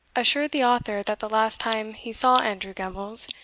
assured the author, that the last time he saw andrew gemmells,